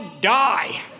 die